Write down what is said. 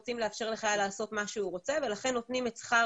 אנחנו רוצים לאפשר לחייל לעשות מה שהוא רוצה ולכן נותנים את שכר